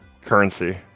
currency